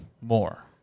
more